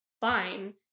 fine